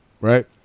right